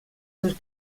seus